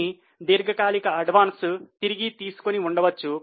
కొన్ని దీర్ఘకాలిక అడ్వాన్స్ తిరిగి తీసుకొని ఉండవచ్చు